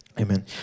Amen